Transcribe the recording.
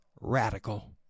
radical